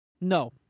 No